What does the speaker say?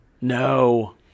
No